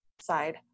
side